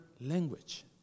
language